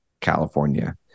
California